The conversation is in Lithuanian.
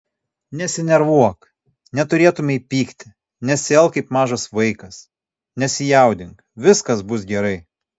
nesinervuok neturėtumei pykti nesielk kaip mažas vaikas nesijaudink viskas bus gerai